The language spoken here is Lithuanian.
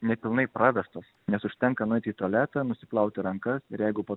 nepilnai pravestas nes užtenka nueit į tualetą nusiplauti rankas ir jeigu po